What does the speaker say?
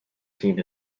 steed